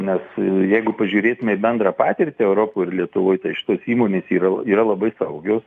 nes jeigu pažiūrėtume į bendrą patirtį europoj ir lietuvoj tai šitos įmonės yra yra labai saugios